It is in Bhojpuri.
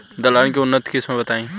दलहन के उन्नत किस्म बताई?